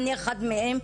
ואני אחת מהן,